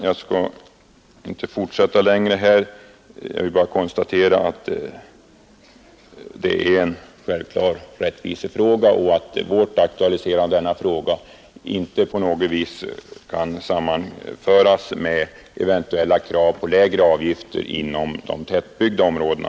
Jag skall inte fortsätta längre utan konstaterar bara att vad vi här har aktualiserat är en rättvisefråga, som inte kan sammanföras med eventuella krav på lägre avgifter inom de tätbebyggda områdena.